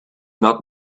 not